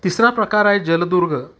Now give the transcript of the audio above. तिसरा प्रकार आहे जलदुर्ग